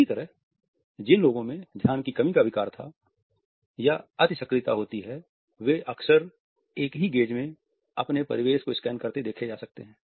इसी तरह जिन लोगों में ध्यान की कमी का विक़ार या अति सक्रियता होती है वे अक्सर एक ही गेज में अपने परिवेश को स्कैन करते देखे जा सकते हैं